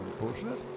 unfortunate